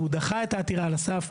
והוא דחה את העתירה על הסף.